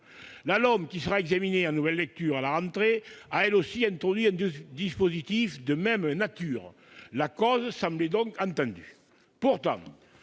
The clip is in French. La LOM, qui sera examinée en nouvelle lecture à la rentrée, a introduit un dispositif de même nature. La cause semblait donc entendue. Pourtant,